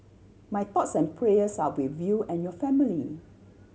my thoughts and prayers are with you and your family